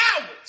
hours